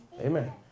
Amen